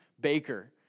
baker